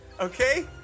okay